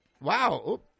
Wow